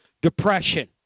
depression